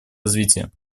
развития